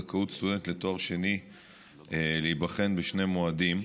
זכאות סטודנט לתואר שני להיבחן בשני מועדים),